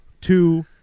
two